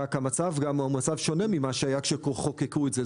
רק המצב שונה ממה שהיה כשחוקקו את זה.